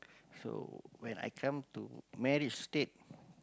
so when I come to marriage state